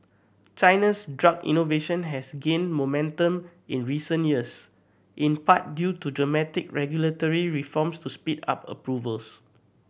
China's drug innovation has gained momentum in recent years in part due to dramatic regulatory reforms to speed up approvals